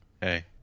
hey